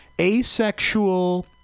asexual